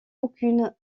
aucune